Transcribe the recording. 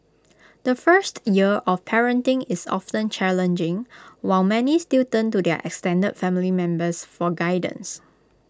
the first year of parenting is often challenging while many still turn to their extended family members for guidance